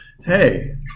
hey